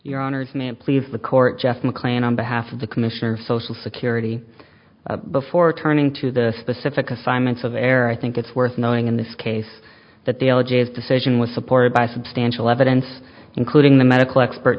your honour's man pleads the court jeff mclane on behalf of the commissioner of social security before turning to the specific assignments of error i think it's worth knowing in this case that the elegies decision was supported by substantial evidence including the medical expert